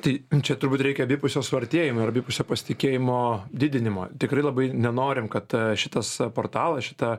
tai čia turbūt reikia abipusio suartėjimo ir abipusio pasitikėjimo didinimo tikrai labai nenorim kad šitas portalas šita